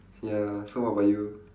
ya so what about you